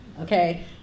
Okay